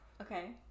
okay